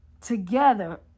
together